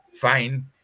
fine